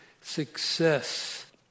success